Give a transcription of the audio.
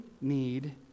need